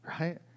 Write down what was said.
Right